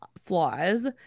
flaws